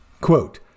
Quote